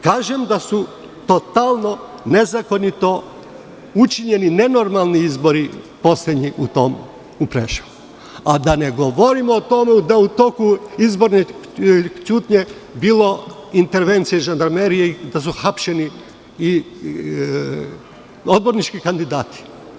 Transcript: Kažem da su totalno nezakonito učinjeni nenormalni izbori poslednji u Preševu, a da ne govorim o tome da u toku izborne ćutnje bilo intervencija žandarmerije i da su hapšeni odbornički kandidati.